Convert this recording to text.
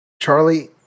Charlie